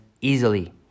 easily